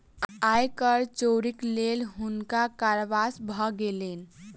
आय कर चोरीक लेल हुनका कारावास भ गेलैन